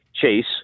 chase